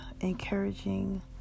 encouraging